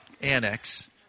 annex